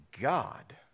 God